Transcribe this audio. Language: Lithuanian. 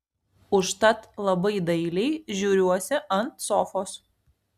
užtat labai dailiai žiūriuosi ant sofos